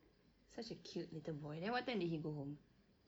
such a cute little boy then what time did he go home